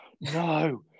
No